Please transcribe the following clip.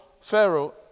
Pharaoh